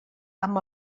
amb